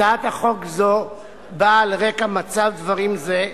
הצעת חוק זו באה על רקע מצב דברים זה,